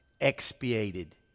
expiated